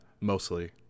Mostly